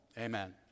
Amen